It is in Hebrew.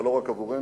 אבל לא רק עבורנו,